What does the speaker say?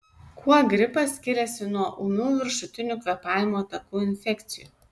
kuo gripas skiriasi nuo ūmių viršutinių kvėpavimo takų infekcijų